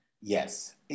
Yes